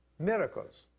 miracles